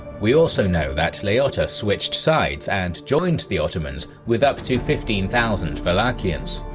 we also know that laiota switched sides and joined the ottomans with up to fifteen thousand wallachians.